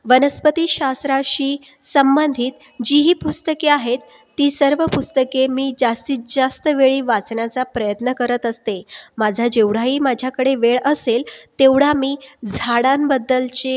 वनस्पतीशास्त्राशी संबंधित जी ही पुस्तके आहेत ती सर्व पुस्तके मी जास्तीत जास्त वेळी वाचण्याचा प्रयत्न करत असते माझा जेवढाही माझ्याकडे वेळ असेल तेवढा मी झाडांबद्दलचे